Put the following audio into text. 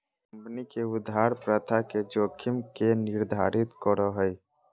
company के उधार प्रथा के जोखिम के निर्धारित करो हइ